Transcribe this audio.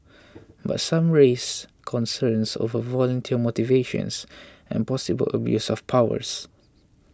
but some raise concerns over volunteer motivations and possible abuse of powers